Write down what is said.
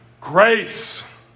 Grace